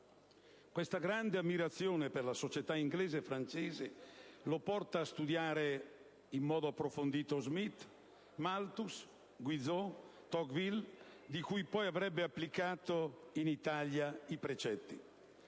Questa grande ammirazione per la società inglese e francese lo porta a studiare in modo approfondito Smith, Malthus, Guizot e Tocqueville, di cui poi avrebbe applicato i precetti